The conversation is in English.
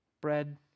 Bread